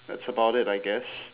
that's about it I guess